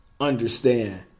understand